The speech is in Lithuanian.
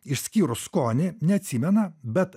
išskyrus skonį neatsimena bet